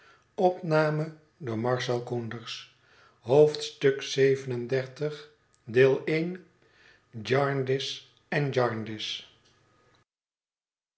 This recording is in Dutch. van jarndyce en jarndyce